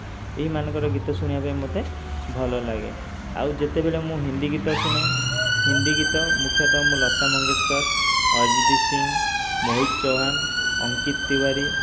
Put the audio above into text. ଏହି ମାନଙ୍କର ଗୀତ ଶୁଣିବା ପାଇଁ ମୋତେ ଭଲ ଲାଗେ ଆଉ ଯେତେବେଳେ ମୁଁ ହିନ୍ଦୀ ଗୀତ ଶୁଣେ ହିନ୍ଦୀ ଗୀତ ମୁଖ୍ୟତଃ ମୁଁ ଲତା ମଙ୍ଗେଷ୍କର ଅରିଜିତ ସିଂ ମୋହିତ ଚୌହାନ ଅଙ୍କିତ ତିବାରୀ